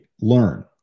learn